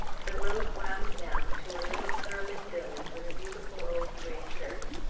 the road wound down to a little curly village with a beautiful old grey church.